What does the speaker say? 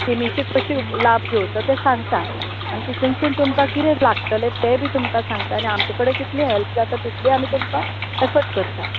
स्किमीचे कशे लाभ घेवचो तें सांगता आनी तितुनसून तुमकां कितें लागतलें तेंय बी तुमकां सांगता आनी आमचे कडेन कितलें हेल्प जाता तितलें आमी तुमकां सपोर्ट करता